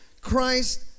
Christ